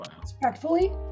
respectfully